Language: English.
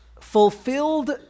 fulfilled